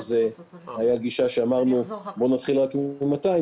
הייתה גישה שבה אמרנו שנתחיל רק עם 200,